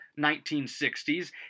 1960s